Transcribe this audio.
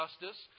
justice